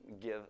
give